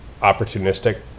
opportunistic